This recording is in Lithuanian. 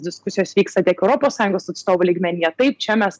diskusijos vyksta tiek europos sąjungos atstovų lygmenyje taip čia mes